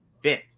fifth